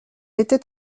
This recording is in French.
était